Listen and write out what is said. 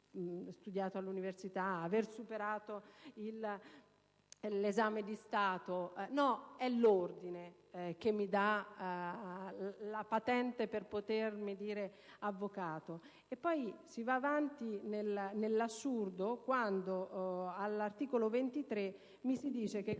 studiato all'università ed avere superato l'esame di Stato. È l'ordine che dà la patente per potersi dire avvocato. Si va avanti nell'assurdo quando, all'articolo 22, si legge: